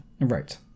Right